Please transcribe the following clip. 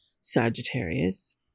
Sagittarius